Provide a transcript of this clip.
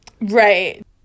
Right